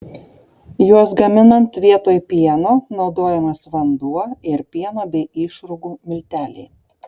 juos gaminant vietoj pieno naudojamas vanduo ir pieno bei išrūgų milteliai